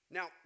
Now